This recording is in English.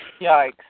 Yikes